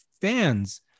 fans